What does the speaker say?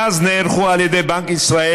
מאז נערכו על ידי בנק ישראל